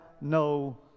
no